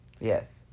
Yes